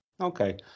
Okay